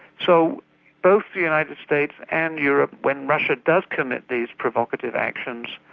so both the united states and europe, when russia does commit these provocative actions,